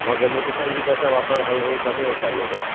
मग लोकसंगीताचा वापर हळूहळू कमी होत चाललेला आहे